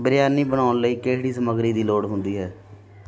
ਬਿਰਯਾਨੀ ਬਣਾਉਣ ਲਈ ਕਿਹੜੀ ਸਮੱਗਰੀ ਦੀ ਲੋੜ ਹੁੰਦੀ ਹੈ